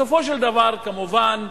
בסופו של דבר, כמובן,